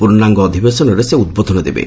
ପୂର୍ଣ୍ଣାଙ୍ଗ ଅଧିବେଶନରେ ସେ ଉଦ୍ବୋଧନ ଦେବେ